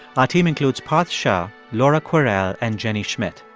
our team includes parth shah, laura kwerel and jenny schmidt